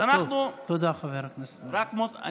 תודה, חבר הכנסת אבו שחאדה.